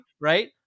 Right